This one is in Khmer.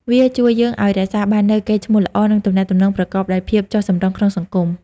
វាជួយយើងឱ្យរក្សាបាននូវកេរ្តិ៍ឈ្មោះល្អ និងទំនាក់ទំនងប្រកបដោយភាពចុះសម្រុងក្នុងសង្គម។